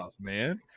man